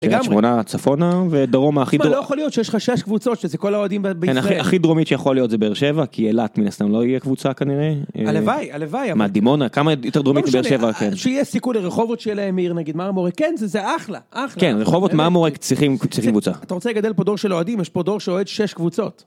שמונה צפונה ודרומה הכי לא יכול להיות שיש לך 6 קבוצות שזה כל האוהדים בישראל הכי דרומית שיכול להיות זה באר 7 כי אילת מן הסתם לא יהיה קבוצה כנראה הלוואי הלוואי מה דימונה הכמה יותר דרומית שיש סיכוי לרחובות שלהם נגיד מהעיר מרמורק כן זה זה אחלה כן רחובות מה מרמורק צריכים קבוצה אתה רוצה לגדל פה דור של אוהדים יש פה דור שאוהד 6 קבוצות